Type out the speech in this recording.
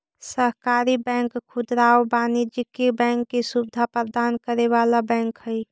सहकारी बैंक खुदरा आउ वाणिज्यिक बैंकिंग के सुविधा प्रदान करे वाला बैंक हइ